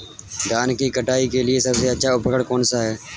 धान की कटाई के लिए सबसे अच्छा उपकरण कौन सा है?